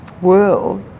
world